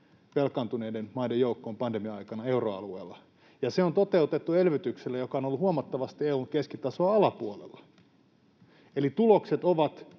velkaantuneiden maiden joukkoon pandemian aikana euroalueella, ja se on toteutettu elvytyksellä, joka on ollut huomattavasti EU:n keskitason alapuolella, eli tulokset ovat